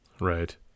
Right